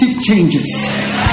changes